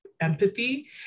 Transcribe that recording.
empathy